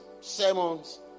sermons